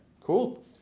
Cool